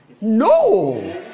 No